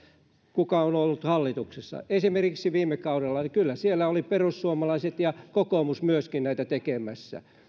kuka on on ollut hallituksessa esimerkiksi viime kaudella kyllä siellä olivat perussuomalaiset ja kokoomus myöskin näitä tekemässä